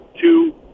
two